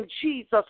Jesus